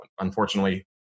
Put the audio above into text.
unfortunately